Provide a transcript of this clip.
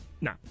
nah